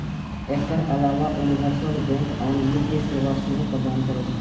एकर अलाव universal bank आन वित्तीय सेवा सेहो प्रदान करै छै